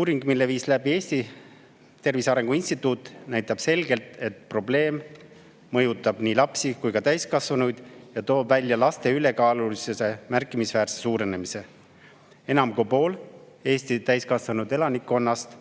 Uuring, mille viis läbi Eesti Tervise Arengu Instituut, näitab selgelt, et probleem mõjutab nii lapsi kui ka täiskasvanuid, ja toob välja laste ülekaalulisuse märkimisväärse suurenemise. Enam kui pool Eesti täiskasvanutest